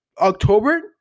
October